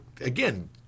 again